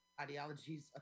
ideologies